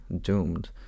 doomed